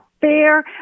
fair